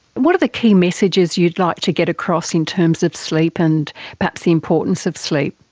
what are the key messages you'd like to get across in terms of sleep and perhaps the importance of sleep?